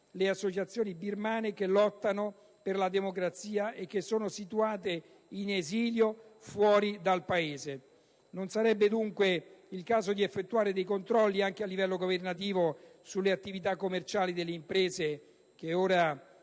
le associazioni birmane che lottano per la democrazia e che sono situate «in esilio» fuori dai confini del Paese. Non sarebbe dunque il caso di effettuare dei controlli, a livello governativo, sulle attività commerciali delle imprese tra